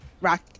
rock